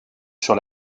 sur